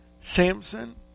Samson